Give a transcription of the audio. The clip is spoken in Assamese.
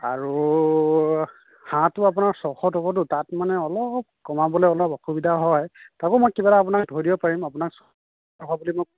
আৰু হাঁহটো আপোনাৰ ছশ টকাটো তাত মানে অলপ কমাবলৈ অলপ অসুবিধা হয় তাকো মই কিবা এটা আপোনাক ধৰি দিম পাৰিম আপোনাক হ'ব আপুনি মোক